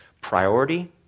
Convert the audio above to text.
Priority